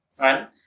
right